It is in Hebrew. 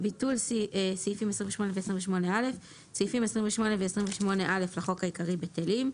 ו-28א לחוק העיקרי בטלים.